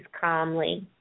calmly